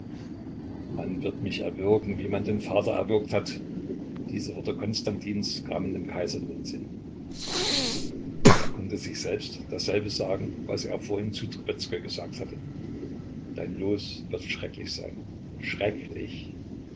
man wird mich erwürgen wie man den vater erwürgt hat diese worte konstantins kamen dem kaiser in den sinn er konnte sich selbst dasselbe sagen was er vorhin zu trubezkoi gesagt hatte dein los wird schrecklich sein schrecklich